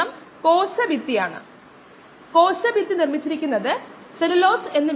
rnet rin rout 20 5 15 Kg s 1 ഇപ്പോൾ ഇത് സൃഷ്ടിപരമായ രീതിയിൽ സങ്കീർണ്ണമാക്കാം